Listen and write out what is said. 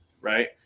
right